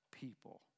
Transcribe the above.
people